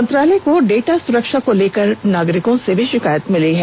मंत्रालय को डेटा सुरक्षा को लेकर नागरिकों से भी शिकायत मिली है